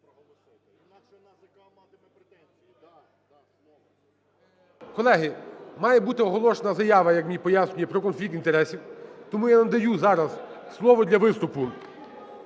Колеги, має бути оголошена заява, як мені пояснюють, про конфлікт інтересів. Тому я надаю зараз слово для виступу